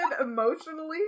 emotionally